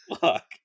Fuck